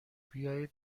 بیایید